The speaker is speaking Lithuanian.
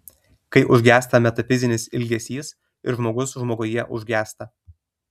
kai užgęsta metafizinis ilgesys ir žmogus žmoguje užgęsta